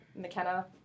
McKenna